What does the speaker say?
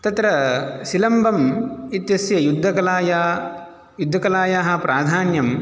तत्र सिलम्बम् इत्यस्य युद्धकलाया युद्धकलायाः प्राधान्यं